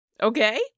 Okay